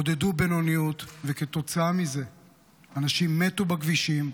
עודדו בינוניות, וכתוצאה מזה אנשים מתו בכבישים,